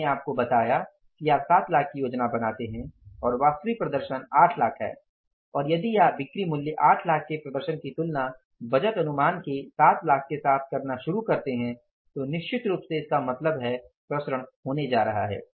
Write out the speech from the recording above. मैंने आपको बताया कि आप 7 लाख की योजना बनाते हैं और वास्तविक प्रदर्शन 8 लाख है और यदि आप बिक्री मूल्य 8 लाख के प्रदर्शन की तुलना बजट अनुमान के 7 लाख के साथ करना शुरू करते हैं तो निश्चित रूप से इसका मतलब है प्रसरण होने जा रहा है